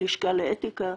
הלשכה לאתיקה,